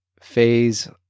phase